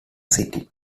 city